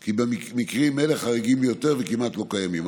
כי מקרים אלה חריגים ביותר וכמעט לא קיימים.